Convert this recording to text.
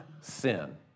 sin